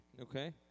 Okay